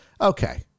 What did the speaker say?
Okay